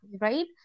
right